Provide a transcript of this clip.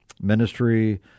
Ministry